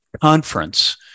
conference